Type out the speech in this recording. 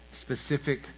specific